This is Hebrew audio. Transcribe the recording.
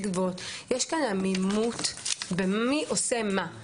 גבוהות שיש כאן עמימות לגבי מי עושה מה.